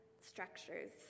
structures